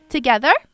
Together